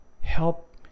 help